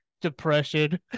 Depression